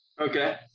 okay